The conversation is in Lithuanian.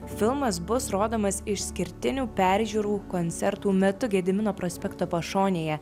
filmas bus rodomas išskirtinių peržiūrų koncertų metu gedimino prospekto pašonėje